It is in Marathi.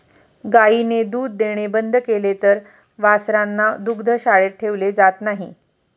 गायीने दूध देणे बंद केले तर वासरांना दुग्धशाळेत ठेवले जात नाही